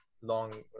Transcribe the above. long